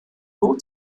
both